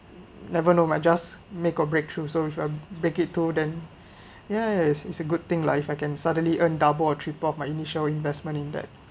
never know might just make a breakthrough so with a break it through then yes it's a good thing life I can suddenly earn double or triple of my initial investment in that